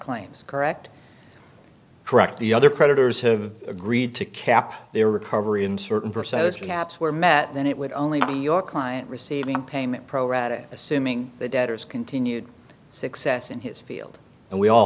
claims correct correct the other creditors have agreed to cap their recovery in certain percentage gaps were met then it would only be your client receiving payment pro rata assuming the debtors continued success in his field and we all